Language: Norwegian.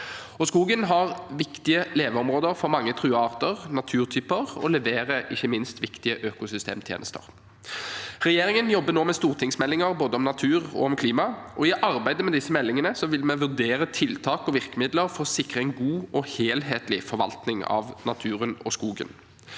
Skogen har viktige leveområder for mange truede arter og naturtyper, og ikke minst leverer den viktige økosystemtjenester. Regjeringen jobber nå med stortingsmeldinger både om natur og om klima, og i arbeidet med disse meldingene vil vi vurdere tiltak og virkemidler for å sikre en god og helhetlig forvaltning av naturen og skogen.